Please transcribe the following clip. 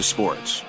Sports